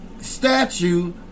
statue